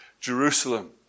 Jerusalem